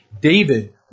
David